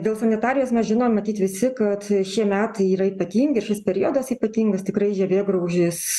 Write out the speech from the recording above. dėl sanitarijos mes žinom matyt visi kad šie metai yra ypatingi ir šis periodas ypatingas tikrai žievėgraužis